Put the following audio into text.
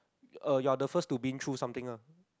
uh you're the first to been through something ah